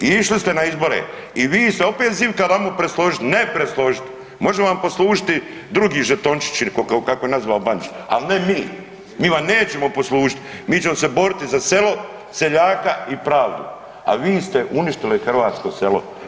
I išli ste na izbore i vi ste opet zivkali ajmo presložit, ne presložit, može vam poslužiti drugi žetončići kako je nazvao Bandić, al ne mi, mi vam nećemo poslužit, mi ćemo se boriti za selo, seljaka i pravdu, a vi ste uništili hrvatsko selo.